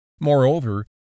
Moreover